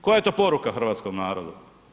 Koja je to poruka hrvatskom narodu?